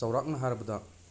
ꯆꯥꯎꯔꯥꯛꯅ ꯍꯥꯏꯔꯕꯗ